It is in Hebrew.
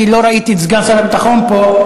כי לא ראיתי את סגן שר הביטחון פה.